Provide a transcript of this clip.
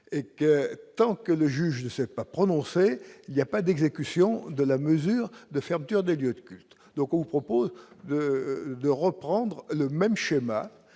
et que tant que le juge ne s'est pas prononcé il y a pas d'exécution de la mesure de fermeture des lieux de culte, donc on propose de de reprendre le même schéma,